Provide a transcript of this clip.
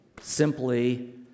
simply